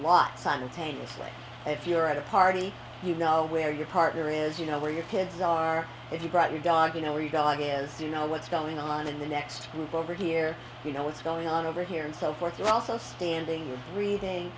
lot simultaneously if you're at a party you know where your partner is you know where your kids are if you brought your dog you know where your dog is you know what's going on in the next group over here you know what's going on over here and so forth we're also standing you read